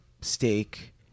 steak